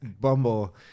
Bumble –